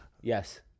yes